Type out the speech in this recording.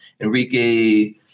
Enrique